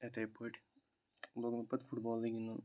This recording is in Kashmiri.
یِتھٕے پٲٹھۍ لوٚگ مےٚ پَتہٕ فُٹ بالٕے گِنٛدُن